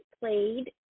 played